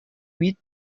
huit